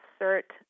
insert